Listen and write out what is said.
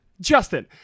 Justin